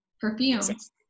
perfumes